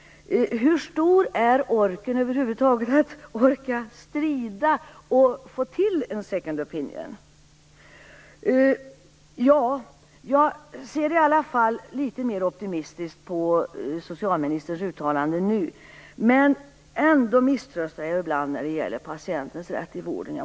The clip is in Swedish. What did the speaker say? Hur stor är orken över huvud taget för att strida och få till en second opinion? Jag ser i alla fall litet mer optimistiskt på socialministerns uttalande nu. Ändå måste jag säga att jag misströstar ibland när det gäller patientens rätt i vården.